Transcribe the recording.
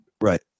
right